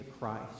Christ